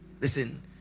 listen